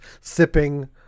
sipping